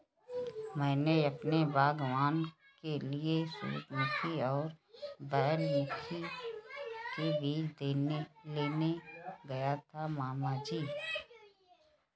मैं अपने बागबान के लिए सूरजमुखी और बेला फूल के बीज लेने गया था मामा जी